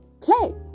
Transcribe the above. play